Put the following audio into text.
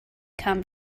come